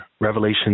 Revelation